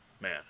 man